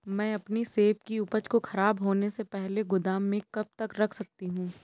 मैं अपनी सेब की उपज को ख़राब होने से पहले गोदाम में कब तक रख सकती हूँ?